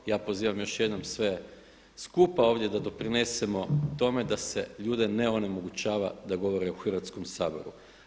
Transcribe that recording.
Ja pozivam još jednom sve skupa ovdje da doprinesemo tome da se ljude ne onemogućava da govore u Hrvatskom saboru.